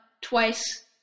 twice